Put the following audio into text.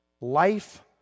Life